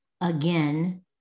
again